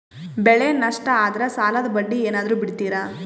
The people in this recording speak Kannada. ಬೆಳೆ ನಷ್ಟ ಆದ್ರ ಸಾಲದ ಬಡ್ಡಿ ಏನಾದ್ರು ಬಿಡ್ತಿರಾ?